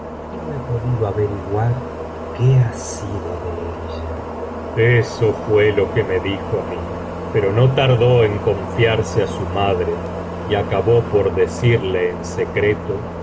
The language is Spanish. y no he podido averiguar qué ha sido de ella eso fué lo que me dijo á mí pero no tardó en confiarse á su madre y acabó por decirle en secreto